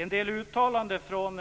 En del uttalanden från